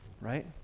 right